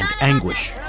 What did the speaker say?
anguish